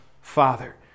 Father